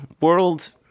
world